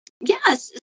Yes